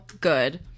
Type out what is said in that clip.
good